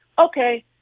Okay